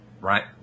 right